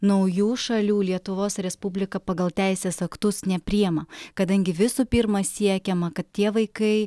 naujų šalių lietuvos respublika pagal teisės aktus nepriima kadangi visų pirma siekiama kad tie vaikai